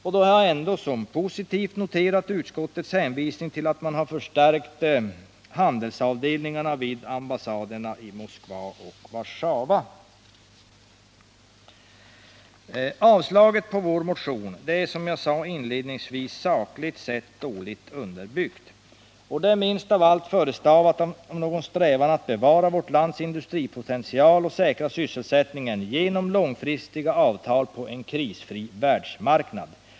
Och då har jag ändå som positivt noterat utskottets hänvisning till att man förstärkt handelsavdelningarna vid ambassaderna i Moskva och Warszawa. Yrkandet om avslag på vår motion är som jag sade inledningsvis sakligt sett dåligt underbyggt. Det är minst av allt förestavat av någon strävan att bevara vårt lands industripotential och säkra sysselsättningen genom långfristiga avtal på en krisfri världsmarknad.